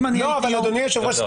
אדוני היושב-ראש,